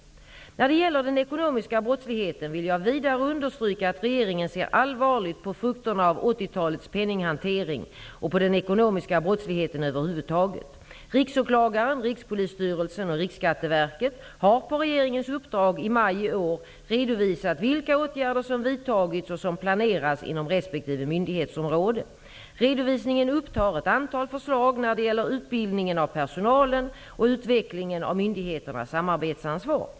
När det gäller den ekonomiska brottsligheten vill jag vidare understryka att regeringen ser allvarligt på frukterna av 1980-talets penninghantering och på den ekonomiska brottsligheten över huvud taget. Riksåklagaren, Rikspolisstyrelsen och Riksskatteverket har på regeringens uppdrag i maj i år redovisat vilka åtgärder som vidtagits och som planeras inom respektive myndighetsområde. Redovisningen upptar ett antal förslag när det gäller utbildningen av personalen och utvecklingen av myndigheternas samarbetsansvar.